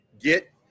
get